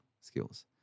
skills